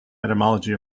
etymology